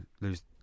lose